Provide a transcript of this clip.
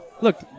Look